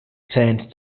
turned